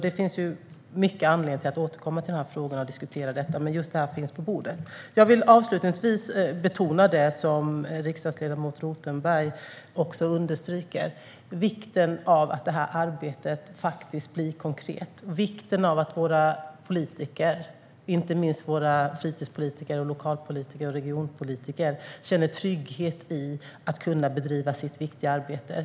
Det finns alltså stor anledning att återkomma till den här frågan och diskutera detta, men just det här finns nu på bordet. Jag vill avslutningsvis betona det som riksdagsledamot Rothenberg också understryker, nämligen vikten av att det här arbetet faktiskt blir konkret och vikten av att våra politiker, inte minst våra fritidspolitiker, lokalpolitiker och regionpolitiker, känner trygghet i att kunna bedriva sitt viktiga arbete.